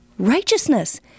Righteousness